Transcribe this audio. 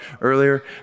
earlier